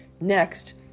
Next